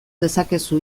dezakezu